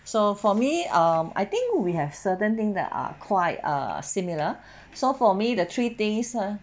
so for me um I think we have certain thing there are quite uh similar so for me the three things ah